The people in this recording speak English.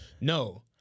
no